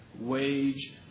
wage